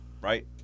Right